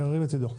ירים את ידו.